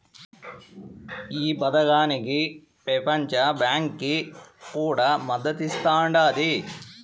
ఈ పదకానికి పెపంచ బాంకీ కూడా మద్దతిస్తాండాది